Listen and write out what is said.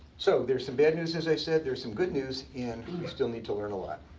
so there's some bad news, as i said. there's some good news. and we still need to learn a lot.